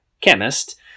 chemist